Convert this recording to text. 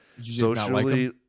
socially